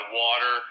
water